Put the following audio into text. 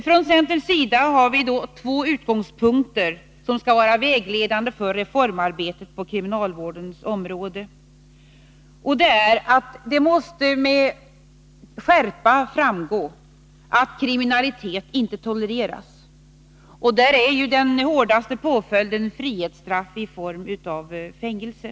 Från centerns sida pekas på två utgångspunkter som skall vara vägledande för reformarbetet på kriminalvårdens område. Den ena utgångspunkten är att det med skärpa måste framgå att kriminalitet inte tolereras. Den hårdaste påföljden är här frihetsstraff i form av fängelse.